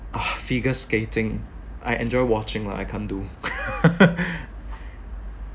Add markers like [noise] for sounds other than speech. are figure skating I enjoy watching lah I can't do [laughs]